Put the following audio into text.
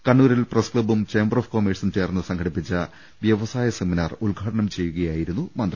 കണ്ണൂ രിൽ പ്രസ്ക്ലബ്ബും ചേംബർ ഓഫ് കൊമേഴ്സും ചേർന്ന് സംഘടിപ്പിച്ച വ്യവസായ സെമിനാർ ഉദ്ഘാടനം ചെയ്യുക യായിരുന്നു മന്ത്രി